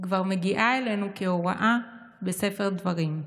מגיעה אלינו כהוראה כבר בספר דברים: